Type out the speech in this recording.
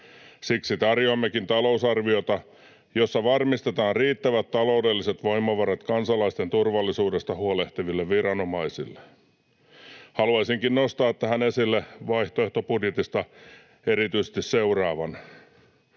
Siksi tarjoammekin talousarviota, jossa varmistetaan riittävät taloudelliset voimavarat kansalaisten turvallisuudesta huolehtiville viranomaisille. Vaihtoehtobudjetista haluaisinkin nostaa tähän esille erityisesti seuraavan: